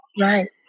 Right